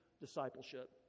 discipleship